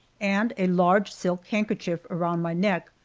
and a large silk handkerchief around my neck,